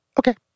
Okay